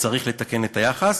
צריך לתקן את היחס,